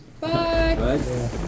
Bye